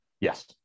Yes